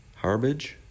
Harbage